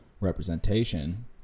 representation